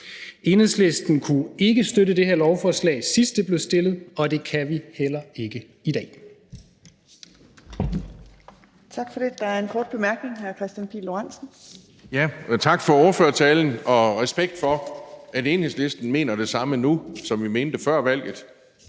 Enhedslisten kunne ikke støtte det her lovforslag, sidst det blev stillet, og det kan vi heller ikke i dag.